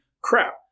crap